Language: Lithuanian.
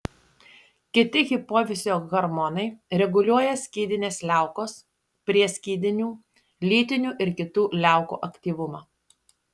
kiti hipofizio hormonai reguliuoja skydinės liaukos prieskydinių lytinių ir kitų liaukų aktyvumą